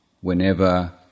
whenever